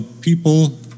people